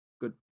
good